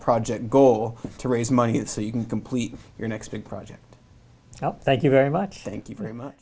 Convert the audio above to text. project goal to raise money so you can complete your next big project thank you very much thank you very much